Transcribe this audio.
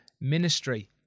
ministry